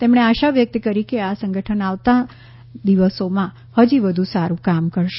તેમણે આશા વ્યક્ત કરી કે આ સંગઠન આવનારા દિવસોમાં હજી વધુ સારું કામ કરશે